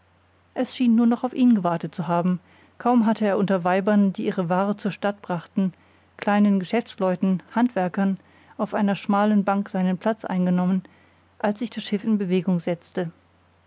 es schien nur noch auf ihn gewartet zu haben kaum hatte er unter weibern die ihre ware zur stadt brachten kleinen geschäftsleuten handwerkern auf einer schmalen bank seinen platz eingenommen als sich das schiff in bewegung setzte